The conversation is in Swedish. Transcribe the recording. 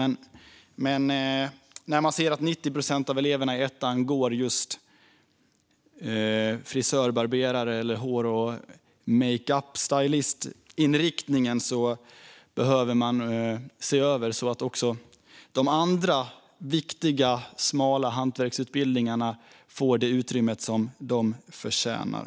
Men när man ser att 90 procent av eleverna i ettan går inriktningen mot frisör, barberare eller hår och makeupstylist behöver man se över detta så att också de andra viktiga, smala hantverksutbildningarna får det utrymme som de förtjänar.